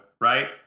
right